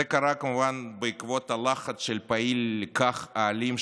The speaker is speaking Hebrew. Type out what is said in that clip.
זה קרה כמובן בעקבות הלחץ של פעיל כך האלים,